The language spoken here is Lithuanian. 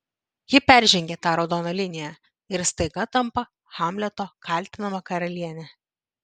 ji peržengia tą raudoną liniją ir staiga tampa hamleto kaltinama karaliene